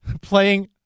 playing